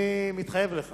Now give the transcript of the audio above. אני מתחייב לך